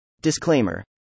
Disclaimer